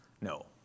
No